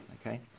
Okay